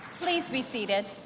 please be seated.